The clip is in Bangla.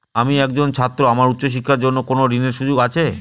আমি একজন ছাত্র আমার উচ্চ শিক্ষার জন্য কোন ঋণের সুযোগ আছে?